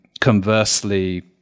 Conversely